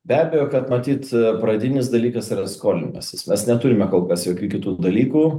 be abejo kad matyt pradinis dalykas yra skolinimasis mes neturime kol kas jokių kitų dalykų